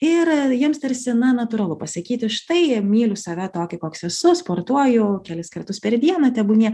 ir jiems tarsi na natūralų pasakyti štai myliu save tokį koks esu sportuoju kelis kartus per dieną tebūnie